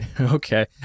okay